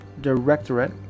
Directorate